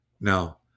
Now